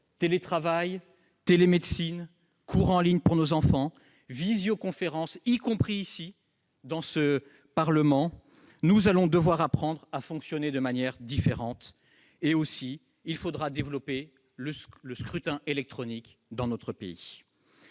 Télétravail, télémédecine, cours en ligne pour nos enfants, visioconférence, y compris au Parlement : nous allons devoir apprendre à fonctionner de manière différente. Il faudra également développer le scrutin électronique dans notre pays.